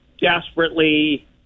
desperately